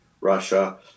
Russia